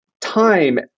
time